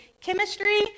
chemistry